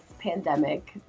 pandemic